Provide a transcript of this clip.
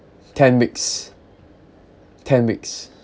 ten weeks ten weeks